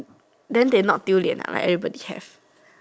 then they not 丢脸 ah like everybody have